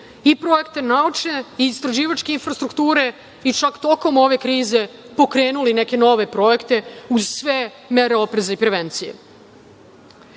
i projekte naučne i istraživačke infrastrukture, i čak tokom ove krize pokrenuli neke nove projekte, uz sve mere opreza i prevencije. Mi